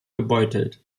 gebeutelt